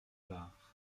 var